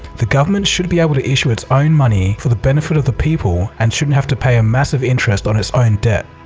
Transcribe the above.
the government should be able to issue its own money for the benefit of the people and shouldn't have to pay a massive interest on its own debt.